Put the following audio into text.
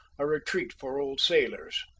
a retreat for old sailors.